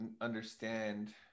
understand